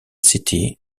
city